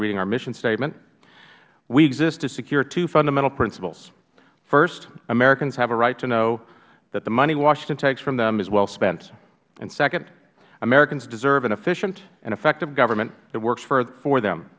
reading our mission statement we exist to secure two fundamental principles first americans have a right to know that the money washington takes from them is well spent and second americans deserve an efficient and effective government that works for